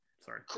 sorry